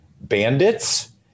bandits